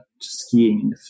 skiing